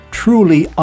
truly